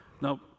Now